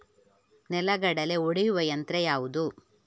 ನೆಲಗಡಲೆ ಒಡೆಯುವ ಯಂತ್ರ ಯಾವುದು?